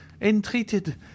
entreated